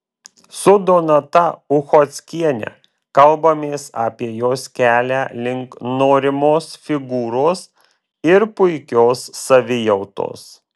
su donata uchockiene kalbamės apie jos kelią link norimos figūros ir puikios savijautos